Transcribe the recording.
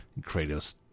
Kratos